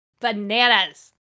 bananas